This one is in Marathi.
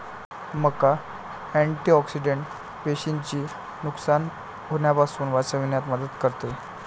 मका अँटिऑक्सिडेंट पेशींचे नुकसान होण्यापासून वाचविण्यात मदत करते